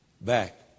back